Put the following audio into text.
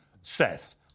Seth